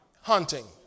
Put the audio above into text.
hunting